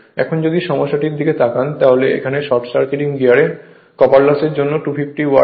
এখন যদি সমস্যাটির দিকে তাকান তাহলে এখানে শর্ট সার্কিটিং গিয়ারে কপার লসের জন্য 250 ওয়াট হয়